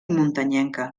muntanyenca